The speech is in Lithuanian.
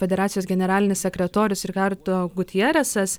federacijos generalinis sekretorius rikardo gutjeresas